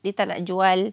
dia tak nak jual